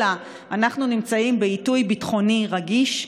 אלא אנחנו נמצאים בעיתוי ביטחוני רגיש,